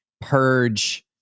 purge